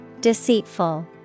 Deceitful